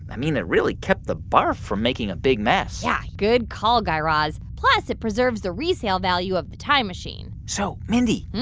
i mean, it really kept the barf from making a big mess yeah. good call, guy raz. plus, it preserves the resale value of the time machine so, mindy,